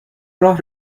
راه